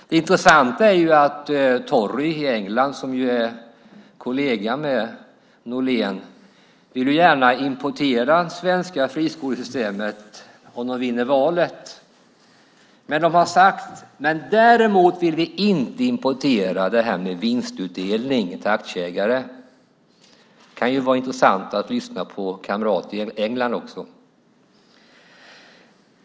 Det intressanta är att Tories i England, som ju är kolleger till Norlén, gärna vill importera det svenska friskolesystemet om de vinner valet. Däremot vill de inte, har de sagt, importera detta med vinstutdelning till aktieägare. Det kan vara intressant att även lyssna på kamrater i England.